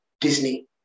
Disney